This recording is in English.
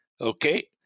Okay